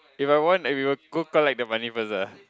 if I want we will go collect the money first ah